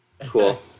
Cool